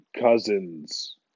Cousins